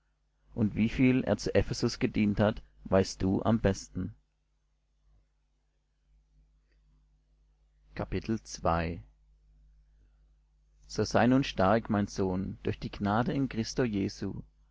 und wieviel er zu ephesus gedient hat weißt du am besten so sei nun stark mein sohn durch die gnade in christo jesu